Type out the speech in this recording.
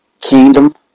kingdom